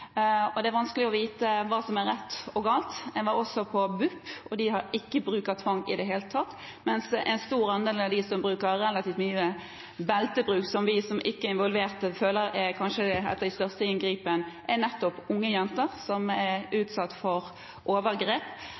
og det er vanskelig å vite hva som er rett, og hva som er galt. Jeg var også på BUP, og de har ikke bruk av tvang i det hele tatt, mens en stor andel av dem som opplever relativt mye beltebruk – som vi som ikke er involvert, kanskje føler er et av de største inngrepene – er nettopp unge jenter som er utsatt for overgrep,